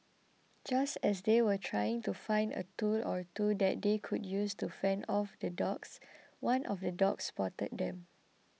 just as they were trying to find a tool or two that they could use to fend off the dogs one of the dogs spotted them